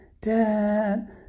dad